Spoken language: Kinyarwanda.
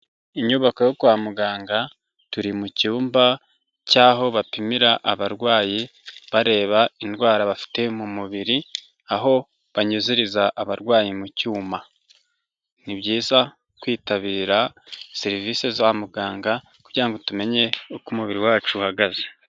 Inyubako yo kwa muganga turi mu cyumba cy'aho bapimira abarwayi bareba indwara bafite mu mubiri aho banyuziriza abarwayi mu cyuma ni byiza kwitabira serivisi za muganga kugira ngo tumenye uko umubiri wacu uhagaze.